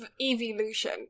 evolution